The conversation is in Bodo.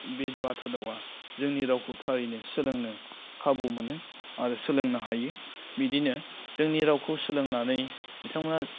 बेदु बाथ' दावा जोंनि रावखौ थारैनो सोलोंनो खाबु मोनो आरो सोलोंनो हायो बिदिनो जोंनि रावखौ सोलोंनानै बिथांमोना